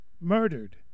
murdered